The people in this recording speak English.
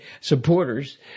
supporters